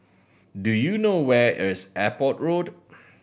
do you know where is Airport Road